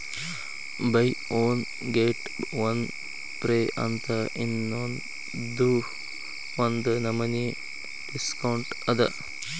by one get one free ಅಂತ್ ಅನ್ನೂದು ಒಂದ್ ನಮನಿ ಡಿಸ್ಕೌಂಟ್ ಅದ